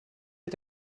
est